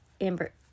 Amber